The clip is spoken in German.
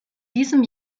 diesem